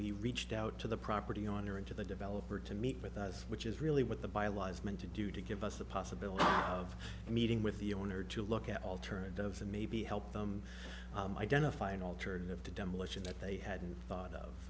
we reached out to the property owner and to the developer to meet with us which is really what the bylaws meant to do to give us the possibility of meeting with the owner to look at alternatives and maybe help them identify an alternative to demolition that they hadn't thought of